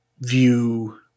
view